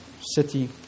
city